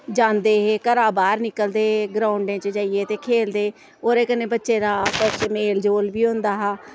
जंदे हे घरा बाह्र निकलदे हे ग्राउडें च जाइयै ते खेलदे हे ओह्दे कन्नै बच्चें दा आपस च मेल जोल बी होंदा हा